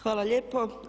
Hvala lijepo.